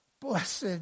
Blessed